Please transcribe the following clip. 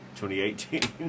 2018